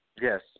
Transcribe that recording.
Yes